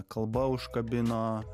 kalba užkabino